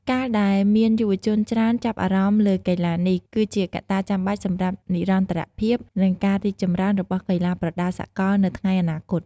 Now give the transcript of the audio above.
ការដែលមានយុវជនច្រើនចាប់អារម្មណ៍លើកីឡានេះ គឺជាកត្តាចាំបាច់សម្រាប់និរន្តរភាព និងការរីកចម្រើនរបស់កីឡាប្រដាល់សកលទៅថ្ងៃអនាគត។